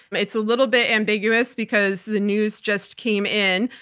it's a little bit ambiguous because the news just came in,